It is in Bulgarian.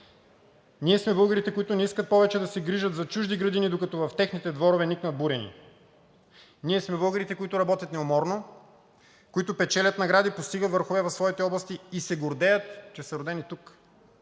Ние сме българите, които не искат повече да се грижат за чужди градини, докато в техните дворове никнат бурени. Ние сме българите, които работят неуморно, които печелят награди и постигат върхове в своите области и се гордеят, че са родени тук.